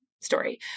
story